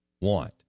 want